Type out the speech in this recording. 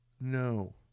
no